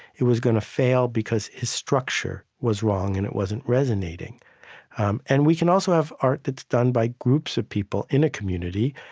it was gonna fail because the structure was wrong and it wasn't resonating um and we can also have art that's done by groups of people in a community,